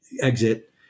exit